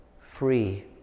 free